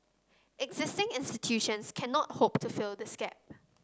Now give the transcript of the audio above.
existing institutions cannot hope to fill this gap